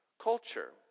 Culture